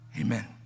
amen